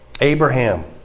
Abraham